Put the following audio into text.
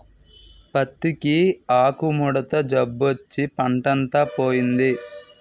పత్తికి ఆకుముడత జబ్బొచ్చి పంటంతా పోయింది